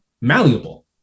malleable